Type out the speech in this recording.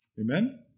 Amen